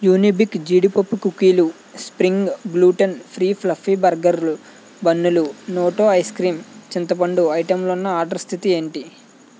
Unibic జీడిపప్పు కుక్కీలు spring gluten free fluffy burger బన్నులు నోటో ఐస్ క్రీమ్ చింతపండు ఐటెంలున్న ఆర్డరు స్థితి ఏంటి